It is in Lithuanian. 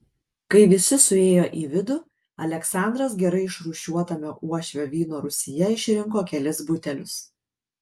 kai visi suėjo į vidų aleksandras gerai išrūšiuotame uošvio vyno rūsyje išrinko kelis butelius